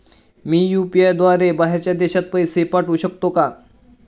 मी UPI द्वारे बाहेरच्या देशात पैसे पाठवू शकतो का?